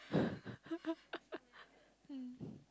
mm